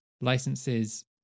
licenses